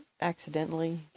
accidentally